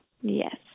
Yes